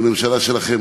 זה הממשלה שלכם,